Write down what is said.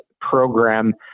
program